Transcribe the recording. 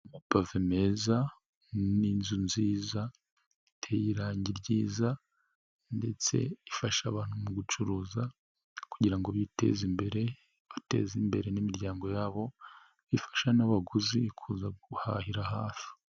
Amapave meza n'inzu nziza, iteye irange ryiza ndetse ifasha abantu mu gucuruza kugira ngo biteze imbere, bateze imbere n'imiryango yabo, ifasha n'abaguzi kuza guhahira hafi.